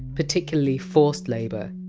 particularly forced labour.